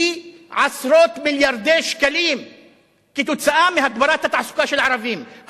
היא עשרות מיליארדי שקלים כתוצאה מהגברת התעסוקה של ערבים.